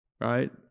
right